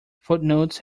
footnotes